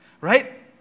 Right